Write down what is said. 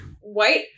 white